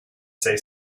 say